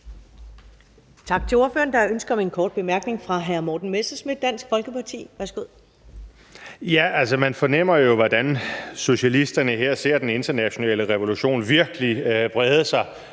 Tak til ordføreren. Der er ønske om en kort bemærkning fra hr. Morten Messerschmidt, Dansk Folkeparti. Værsgo. Kl. 15:25 Morten Messerschmidt (DF): Man fornemmer, hvordan socialisterne her ser den internationale revolution virkelig brede sig